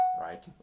right